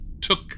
took